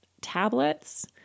tablets